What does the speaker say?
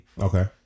Okay